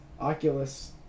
oculus